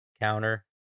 counter